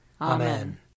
Amen